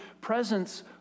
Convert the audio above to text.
presence